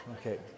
Okay